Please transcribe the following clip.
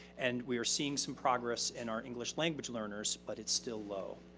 and we are seeing some progress in our english language learners, but it's still low.